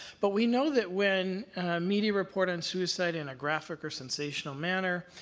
but we know that when media report on suicide in a graphic or sensational manner,